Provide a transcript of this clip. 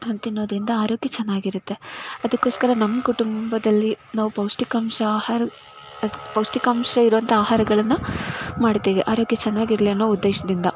ತಿನ್ನೋದರಿಂದ ಆರೋಗ್ಯ ಚೆನ್ನಾಗಿರುತ್ತೆ ಅದಕ್ಕೋಸ್ಕರ ನಮ್ಮ ಕುಟುಂಬದಲ್ಲಿ ನಾವು ಪೌಷ್ಠಿಕಾಂಶ ಆಹಾರ ಪೌಷ್ಠಿಕಾಂಶ ಇರುವಂಥ ಆಹಾರಗಳನ್ನು ಮಾಡ್ತೀವಿ ಆರೋಗ್ಯ ಚೆನ್ನಾಗಿರಲಿ ಅನ್ನೋ ಉದ್ದೇಶದಿಂದ